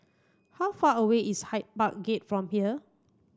how far away is Hyde Park Gate from here